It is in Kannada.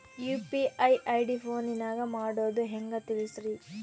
ಯು.ಪಿ.ಐ ಐ.ಡಿ ಫೋನಿನಾಗ ಮಾಡೋದು ಹೆಂಗ ತಿಳಿಸ್ರಿ?